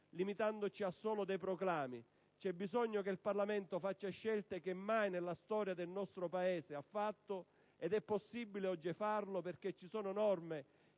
limitandoci solo a dei proclami. C'è bisogno che il Parlamento faccia scelte che mai nella storia del nostro Paese ha fatto. Ed è possibile farlo oggi, perché ci sono norme